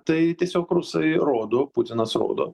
tai tiesiog rusai rodo putinas rodo